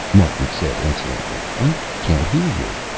martin said insolently. i can't hear you.